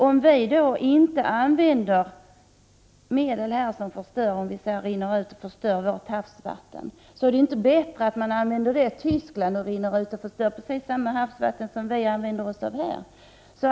Om vi inte använder medel som förstör vårt havsvatten, är det inte bättre att sådana används i Tyskland, rinner ut i havet och förstör vattnet. Det är precis samma havsvatten som det vi använder här.